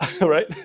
right